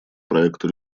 проекту